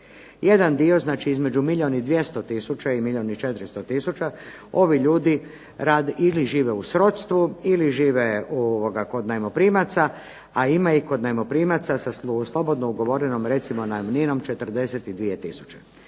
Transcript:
Jedan dio, znači između milijun i 200000 i milijun i 400000 ovi ljudi rade ili žive u srodstvu ili žive kod najmoprimaca, a ima i kod najmoprimaca sa slobodno ugovorenom recimo najamninom 42000.